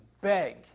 beg